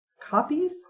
copies